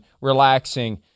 relaxing